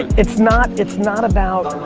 it's not, it's not about.